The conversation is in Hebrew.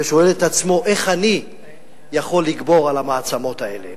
ושואל את עצמו: איך אני יכול לגבור על המעצמות האלה?